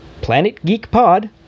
PlanetGeekPod